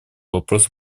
вопросу